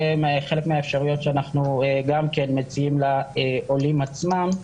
זה חלק מהאפשרויות שאנחנו גם כן מציעים לעולים עצמם.